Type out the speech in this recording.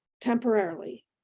temporarily